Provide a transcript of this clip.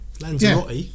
Lanzarote